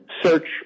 search